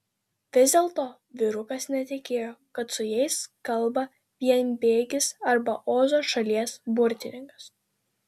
vis dėlto vyrukas netikėjo kad su jais kalba vienbėgis arba ozo šalies burtininkas